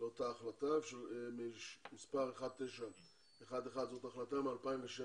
לאותה החלטה, מספר 1911, החלטה מ-2016,